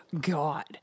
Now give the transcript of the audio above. God